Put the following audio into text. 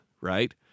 right